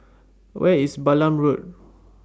Where IS Balam Road